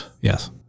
Yes